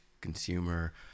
consumer